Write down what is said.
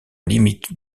limite